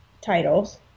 titles